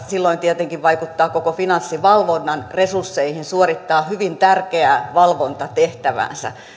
silloin tietenkin vaikuttaa koko finanssivalvonnan resursseihin suorittaa hyvin tärkeää valvontatehtäväänsä